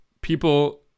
people